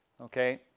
Okay